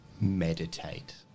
Meditate